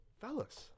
fellas